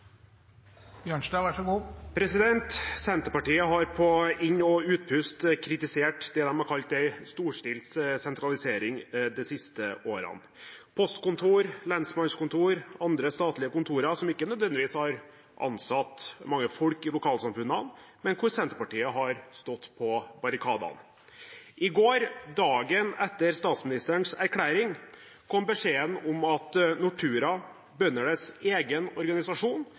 Senterpartiet har på inn- og utpust kritisert det de har kalt en storstilt sentralisering de siste årene av postkontor, lensmannskontor og andre statlige kontorer, som ikke nødvendigvis har ansatt mange folk i lokalsamfunnene, men hvor Senterpartiet har stått på barrikadene. I går, dagen etter statsministerens erklæring, kom beskjeden om at Nortura, bøndenes egen organisasjon,